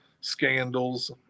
scandals